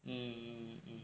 mm mm mm mm mm